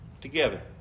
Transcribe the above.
together